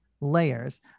layers